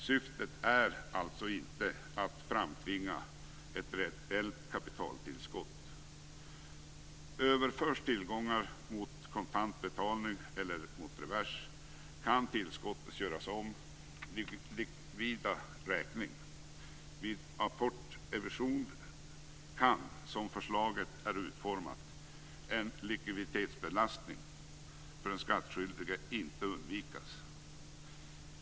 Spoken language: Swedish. Syftet är alltså inte att framtvinga ett reellt kapitaltillskott. Överförs tillgångar mot kontant betalning eller mot revers kan tillskottet göras genom likvidavräkning. Vid apportemission kan, som förslaget är utformat, en likviditetsbelastning för den skattskyldige inte undvikas.